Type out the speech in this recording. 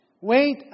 Wait